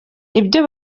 ibyo